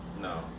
No